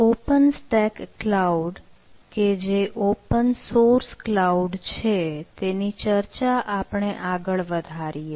open stack cloud કે જે open source cloud છે તેની ચર્ચા આપણે આગળ વધારીએ